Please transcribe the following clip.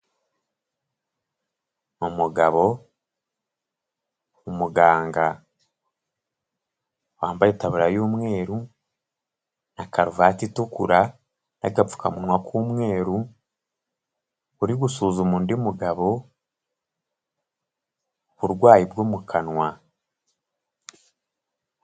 Umugabo, umuganga wambaye itaburiya y'umweru na karuvati itukura n'agapfukamunwa k'umweru, uri gusuzuma undi mugabo uburwayi bwo mu kanwa.